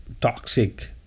toxic